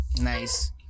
Nice